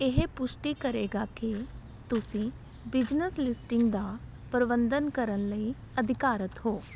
ਇਹ ਪੁਸ਼ਟੀ ਕਰੇਗਾ ਕਿ ਤੁਸੀਂ ਬਿਜਨਸ ਲਿਸਟਿੰਗ ਦਾ ਪ੍ਰਬੰਧਨ ਕਰਨ ਲਈ ਅਧਿਕਾਰਤ ਹੋ